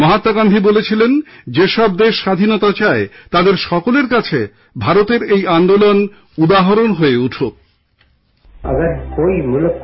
মহাত্মা গান্ধী বলেছিলেন যেসব দেশ স্বাধীনতা চায় তাদের সকলের কাছে ভারতের এই আন্দোলন উদাহরণ হয়ে উঠুক